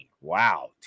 wow